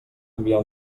enviar